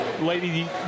Lady